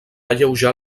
alleujar